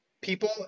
people